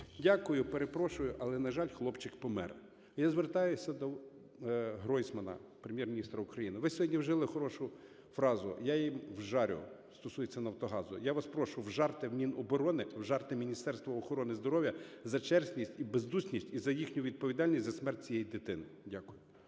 "Дякую. Перепрошую, але, на жаль, хлопчик помер". Я звертаюся до Гройсмана, Прем'єр-міністра України. Ви сьогодні вжили хорошу фразу: "Я їм вжарю" (стосується "Нафтогазу"). Я вас прошу, "вжарте" Міноборони, "вжарте" Міністерство охорони здоров'я за черствість і бездушність, і за їхню відповідальність за смерть цієї дитини. Дякую.